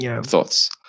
thoughts